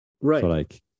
Right